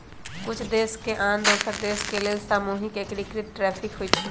कुछ देश के आन दोसर देश के लेल सामूहिक एकीकृत टैरिफ होइ छइ